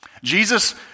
Jesus